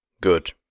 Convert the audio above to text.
Good